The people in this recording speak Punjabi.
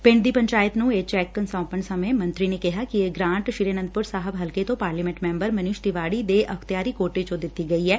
ਪਿੰਡ ਦੇ ਪੰਚਾਇਤ ਨੂੰ ਇਹ ਚੈੱਕ ਸੌਂਪਣ ਸਮੇਂ ਮੰਤਰੀ ਨੇ ਕਿਹਾ ਕਿ ਇਹ ਗ੍ਰਾਂਟ ਸ੍ਰੀ ਆਨੰਦਪੁਰ ਸਾਹਿਬ ਹਲਕੇ ਤੋ ਪਾਰਲੀਮੈਟ ਮੈਬਰ ਮਨੀਸ਼ ਤਿਵਾਡੀ ਦੇ ਅਖਤਿਆਰੀ ਕੋਟੇ ਚ ਦਿੱਡੀ ਗਈ ਐ